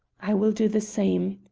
i will do the same.